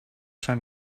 zijn